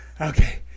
Okay